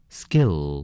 skill